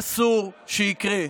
אסור שיקרה.